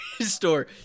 store